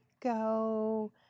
go